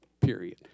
period